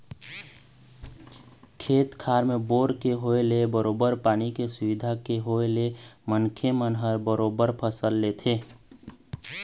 खेत खार म बोर के होय ले बरोबर पानी के सुबिधा के होय ले मनखे मन ह बरोबर फसल लेथे